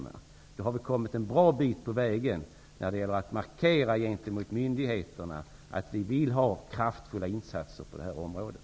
I så fall har vi kommit en bra bit på väg när det gäller att markera gentemot myndigheterna att vi vill ha kraftfulla insatser på det här området.